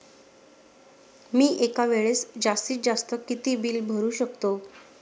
मी एका वेळेस जास्तीत जास्त किती बिल भरू शकतो?